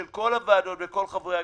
של כל הוועדות וכל חברי הכנסת,